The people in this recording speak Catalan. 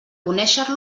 conéixer